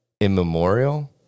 Immemorial